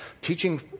Teaching